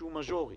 שהוא מז'ורי,